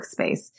workspace